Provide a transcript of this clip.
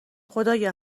خدایا